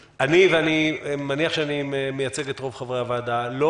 ואני מניח שאני מייצג את רוב חברי הוועדה לא